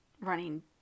running